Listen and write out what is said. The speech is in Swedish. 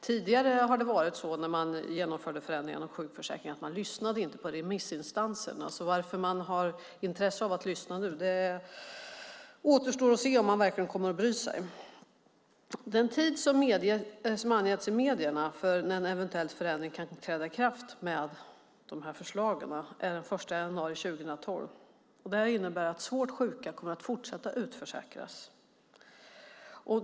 Tidigare har det varit så när man genomförde förändringen av sjukförsäkringen att man inte lyssnade på remissinstanserna, så varför har man intresse av att lyssna nu? Det återstår att se om man verkligen kommer att bry sig. Den tid som har angetts i medierna för när en eventuell förändring kan träda i kraft med dessa förslag är den 1 januari 2012. Det innebär att svårt sjuka kommer att fortsätta att utförsäkras.